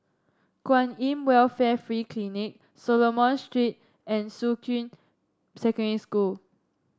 Kwan In Welfare Free Clinic Solomon Street and Shuqun Secondary School